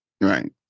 Right